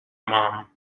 mum